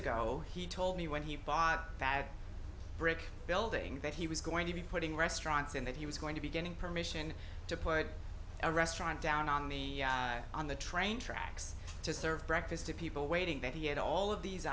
ago he told me when he bought a brick building that he was going to be putting restaurants and that he was going to be getting permission to put a restaurant down on the on the train tracks to serve breakfast to people waiting that he had all of these